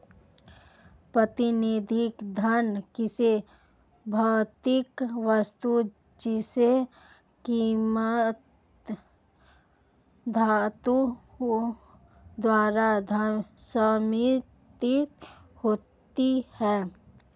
प्रतिनिधि धन किसी भौतिक वस्तु जैसे कीमती धातुओं द्वारा समर्थित होती है